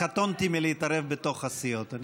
קטונתי מלהתערב בתוך הסיעות.